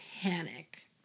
panic